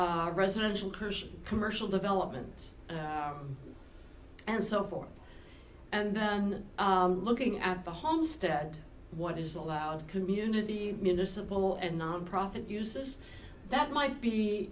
residential commercial commercial development and so forth and then looking at the homestead what is allowed community municipal and nonprofit uses that might be